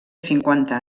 cinquanta